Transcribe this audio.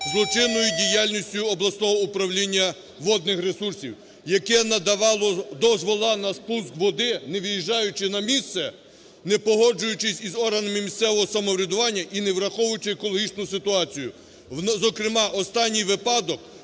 злочинною діяльністю обласного управління водних ресурсів, яке надавало дозволи на спуск води, не виїжджаючи на місце, не погоджуючись із органами місцевого самоврядування і не враховуючи екологічну ситуацію. Зокрема, останній випадок,